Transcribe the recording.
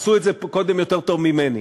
עשו את זה קודם יותר טוב ממני.